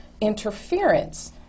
interference